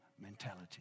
Mentality